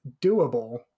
doable